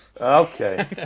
Okay